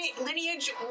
lineage